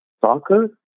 soccer